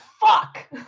fuck